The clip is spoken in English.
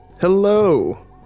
hello